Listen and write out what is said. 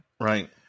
Right